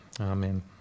Amen